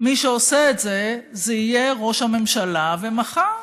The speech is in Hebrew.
מי שעושה את זה זה ראש הממשלה, ומחר